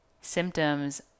Symptoms